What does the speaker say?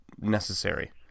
necessary